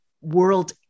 world